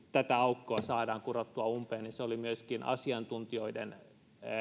tätä aukkoa saadaan kurottua umpeen ja se oli myöskin asiantuntijoiden